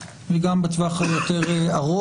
גם בטווח הקצר וגם בטווח היותר ארוך.